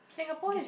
Singapore has